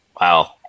Wow